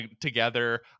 together